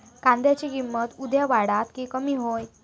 कांद्याची किंमत उद्या वाढात की कमी होईत?